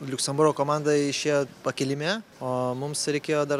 liuksemburgo komanda išėjo pakilime o mums reikėjo dar